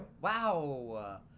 Wow